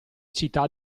città